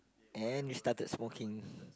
and you started smoking